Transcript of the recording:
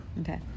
Okay